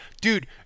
Dude